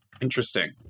Interesting